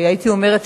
הייתי אומרת,